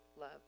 love